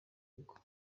agwa